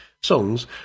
songs